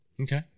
okay